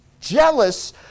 jealous